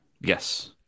Yes